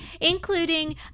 including